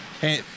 Hey